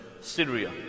Syria